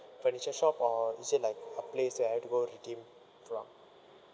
furniture shop or is it like a place that I have to go redeem from